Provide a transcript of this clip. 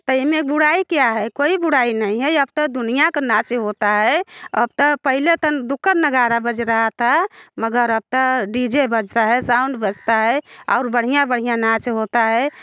तो एमे बुराई क्या है कोई बुराई नहीं है अब तो दुनिया का नाच होता है अब तो पहिले तन दुकन नगाड़ा बज रहा था मगर अब तो डी जे बजता है साउन्ड बजता है और और बढ़िया बढ़िया नाच होता है